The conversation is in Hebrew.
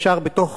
אפשר בתוך